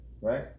right